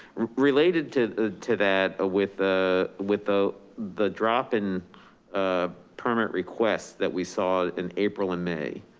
related to to that with the with ah the drop in ah permit requests that we saw in april and may,